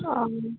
ଓ ହଁ